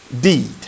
deed